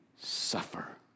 suffer